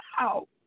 Wow